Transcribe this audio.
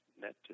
net